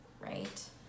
Right